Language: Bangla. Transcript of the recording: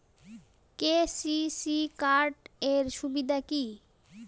কে.সি.সি কার্ড এর সুবিধা কি?